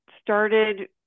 started